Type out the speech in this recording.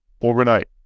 Overnight